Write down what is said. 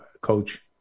coach